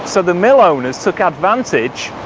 so the mill owners took advantage,